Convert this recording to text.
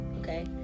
okay